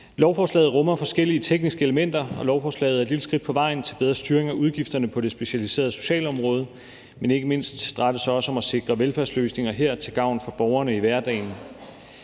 Lovforslaget rummer forskellige tekniske elementer, og lovforslaget er et lille skridt på vejen til bedre styring af udgifterne på det specialiserede socialområde, men ikke mindst drejer det sig om også at sikre velfærdsløsninger til gavn for borgerne i hverdagen.